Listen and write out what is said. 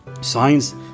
signs